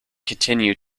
continue